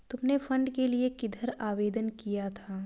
तुमने फंड के लिए किधर आवेदन किया था?